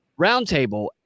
roundtable